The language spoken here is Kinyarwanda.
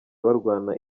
barwana